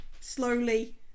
slowly